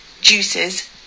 juices